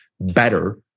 better